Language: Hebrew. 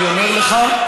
אני אומר לך,